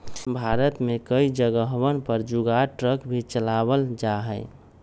भारत में कई जगहवन पर जुगाड़ ट्रक भी चलावल जाहई